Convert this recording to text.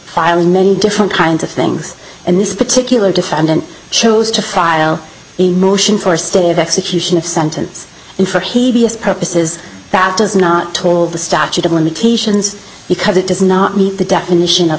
filing many different kinds of things and this particular defendant chose to file a motion for a stay of execution of sentence in for he is purposes that does not tall the statute of limitations because it does not meet the definition of